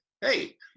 Hey